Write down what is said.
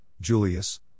Julius